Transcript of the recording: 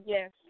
Yes